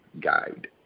guide